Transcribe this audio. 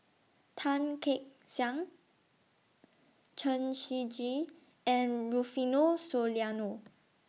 Tan Kek Hiang Chen Shiji and Rufino Soliano